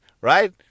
right